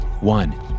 One